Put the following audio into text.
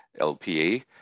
LPA